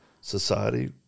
society